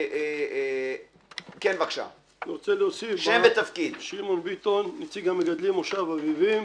אני שמעון ביטון, נציג המגדלים, מושב אביבים,